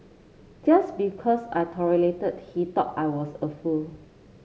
just because I tolerated he thought I was a fool